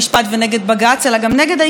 אלא גם נגד העיקרון של שלטון החוק.